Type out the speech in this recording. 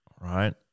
right